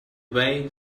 way